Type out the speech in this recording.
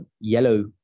yellow